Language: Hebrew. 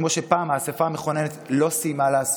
כמו שפעם האספה המכוננת לא סיימה לעשות,